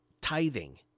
Tithing